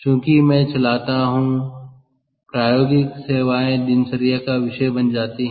चूंकि मैं चलाता हूं संदर्भ समय 1710 प्रायोगिक सेवाएं दिनचर्या का विषय बन जाती हैं